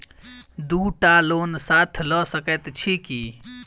दु टा लोन साथ लऽ सकैत छी की?